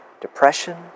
depression